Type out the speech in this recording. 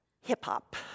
hip-hop